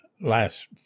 last